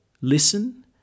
listen